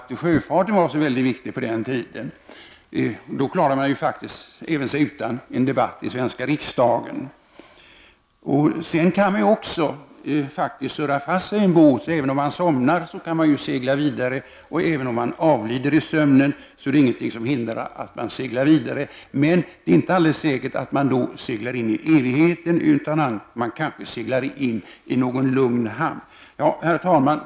Sjöfarten var ju väldigt viktig på romartiden. Då klarade man sig faktiskt även utan en debatt i svenska riksdagen. Sedan kan man faktiskt också surra sig fast. Även om man somnar kan man segla vidare, och även om man avlider i sömnen är det ingenting som hindrar att man seglar vidare. Men det är inte alldeles säkert att man seglar in i evigheten, utan kanske in i någon lugn hamn. Herr talman!